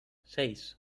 seis